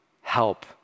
help